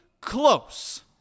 close